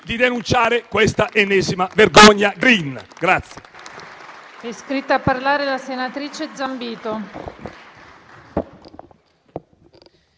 di denunciare questa ennesima vergogna *green*.